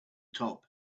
top